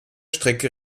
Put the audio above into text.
strecke